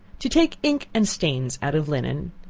to take ink and stains out of linen.